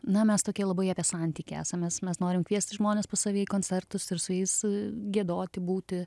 na mes tokie labai apie santykį esam mes mes norim kviesti žmones pas save į koncertus ir su jais giedoti būti